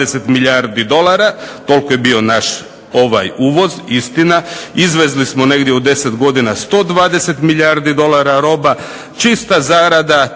milijardi dolara. Toliko je bio naš uvoz, istina. Izvezli smo negdje u 10 godina 120 milijardi dolara roba. Čista zarada